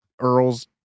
Earl's